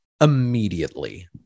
immediately